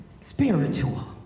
Spiritual